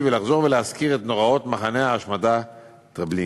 ולחזור ולהגביר את המודעות לנוראות מחנה ההשמדה טרבלינקה.